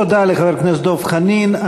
תודה לחבר הכנסת דב חנין.